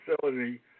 facility